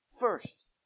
First